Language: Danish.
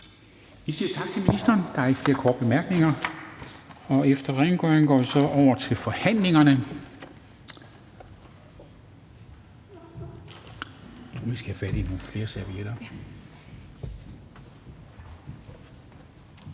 Vi siger tak til ministeren. Der er ikke flere korte bemærkninger. Efter rengøring går vi så over til forhandlingerne. Først er det ordfører for